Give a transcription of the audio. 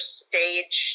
stage